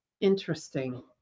Interesting